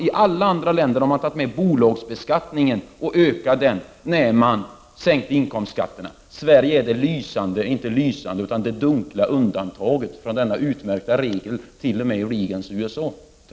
I alla andra länder där man har sänkt inkomstskatten har bolagsskatten höjts. Sverige är det dunkla undantaget från denna utmärkta regel som t.o.m. har tillämpats i USA.